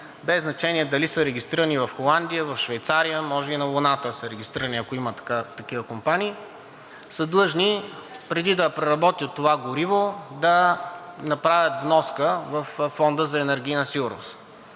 без значение дали са регистрирани в Холандия, в Швейцария, може и на Луната да са регистрирани, ако има такива компании, са длъжни, преди да преработят това гориво, да направят вноска във Фонда за енергийна